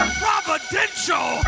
providential